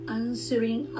answering